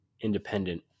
independent